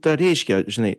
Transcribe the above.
tą ir reiškia žinai